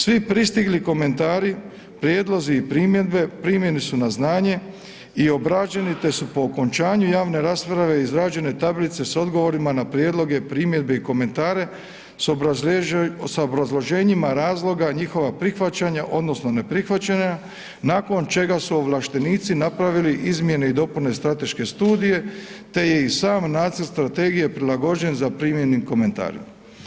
Svi pristigli komentari, prijedlozi i primjedbe primljeni su na znanje i obrađeni te su po okončanju javne rasprave izrađene tablice s odgovorima na prijedloge, primjedbe i komentare s obrazloženjima razloga njihova prihvaćanja odnosno neprihvaćanja nakon čega su ovlaštenici napravili izmjene i dopune strateške studije te je i sam nacrt strategije prilagođen zaprimljenim komentarima.